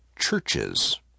churches